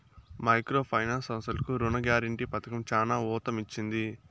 micro finance సంస్థలకు రుణ guarantee పథకం చానా ఊతమిచ్చింది